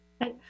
Yes